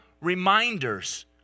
reminders